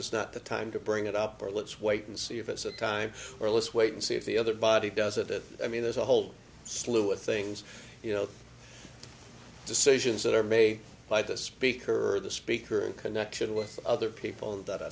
is not the time to bring it up or let's wait and see if it's a time or let's wait and see if the other body doesn't it i mean there's a whole slew of things you know decisions that are made by the speaker or the speaker in connection with other people that